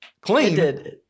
Clean